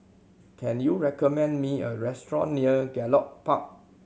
can you recommend me a restaurant near Gallop Park